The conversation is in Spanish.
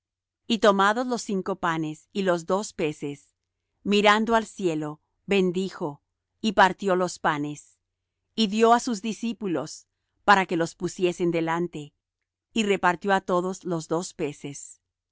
y tomados los cinco panes y los dos peces mirando al cielo bendijo y partió los panes y dió á sus discípulos para que los pusiesen delante y repartió á todos los dos peces y